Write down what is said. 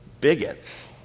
bigots